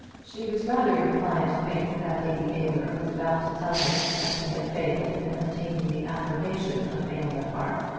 she was rather inclined to think that lady aylmer was about to tell her that she had failed in obtaining the approbation of aylmer park,